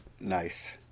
Nice